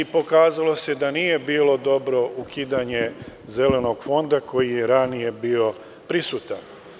Pokazalo se da nije bilo dobro ukidanje Zelenog fonda koji je ranije bio prisutan.